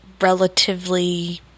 relatively